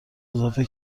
اضافه